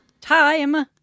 time